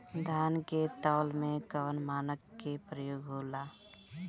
धान के तौल में कवन मानक के प्रयोग हो ला?